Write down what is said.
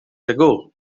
ago